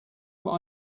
what